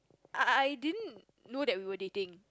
I I I didn't know that we were dating